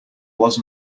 was